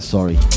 Sorry